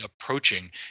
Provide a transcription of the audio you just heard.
approaching